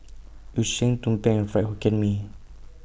Yu Sheng Tumpeng and Fried Hokkien Mee